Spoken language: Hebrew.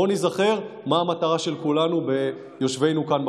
בואו ניזכר מה המטרה של כולנו ביושבנו כאן,